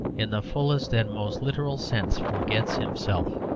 in the fullest and most literal sense, forgets himself.